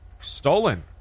Stolen